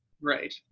Right